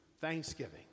thanksgiving